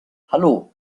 hallo